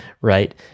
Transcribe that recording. right